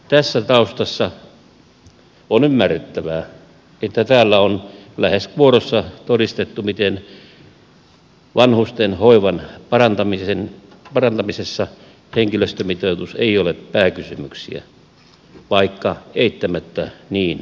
tässä taustassa on ymmärrettävää että täällä on lähes kuorossa todistettu miten vanhusten hoivan parantamisessa henkilöstömitoitus ei ole pääkysymyksiä vaikka eittämättä niin on